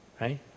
right